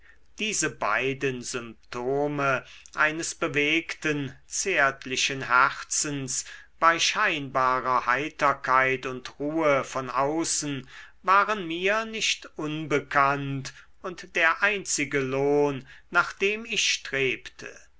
diese beiden symptome eines bewegten zärtlichen herzens bei scheinbarer heiterkeit und ruhe von außen waren mir nicht unbekannt und der einzige lohn nach dem ich strebte